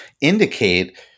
indicate